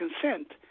consent